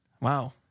wow